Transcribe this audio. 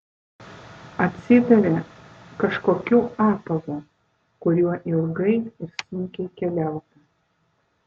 atsidavė kažkokiu apavu kuriuo ilgai ir sunkiai keliauta